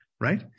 right